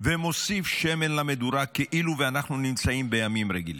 ומוסיף שמן למדורה כאילו אנחנו נמצאים בימים רגילים.